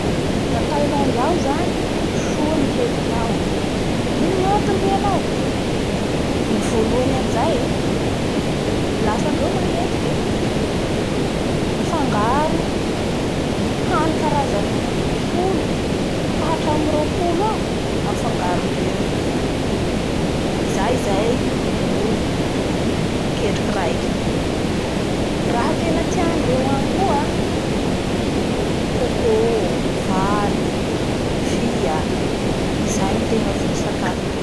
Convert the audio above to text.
Gna Tailandy ao zany soa ny ketriky ao. Ino ngantony hoy enao? Volohany amizay ee! Lafa andreo mangetriky ee!fangaro-hany karazany folo ka hatramin'ny ropolo eo afangarondreo io; zay-zay ro ketriky raiky, ny raha tena tiandreo any koa aa! da coco, vary, fia izay no tena fotontsakafondreo any, fa ny- raha-raha manitra atao amin'ny sakafo-fatao amin'ny sakafo io-io koa zay da tena tsy afaky andreo agny io.